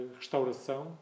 restauração